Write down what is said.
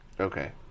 Okay